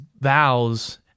vows